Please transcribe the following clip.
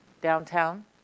downtown